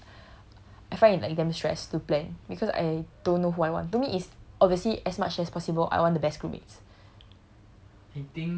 !aiya! it's I find it like damn stress to plan because I don't know who I want to me is obviously as much as possible I want the best group mates